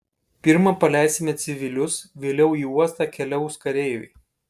pirma paleisime civilius vėliau į uostą keliaus kareiviai